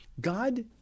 God